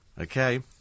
okay